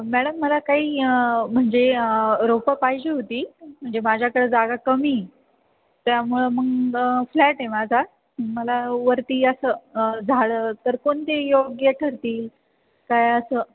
madam मला काही म्हणजे रोपं पाहिजे होती म्हणजे माझ्याकडं जागा कमी त्यामुळं मग फ्लॅट आहे माझा मला वरती असं झाडं तर कोणते योग्य ठरतील काय असं